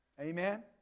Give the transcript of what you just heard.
Amen